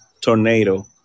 tornado